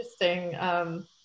interesting